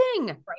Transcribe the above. Right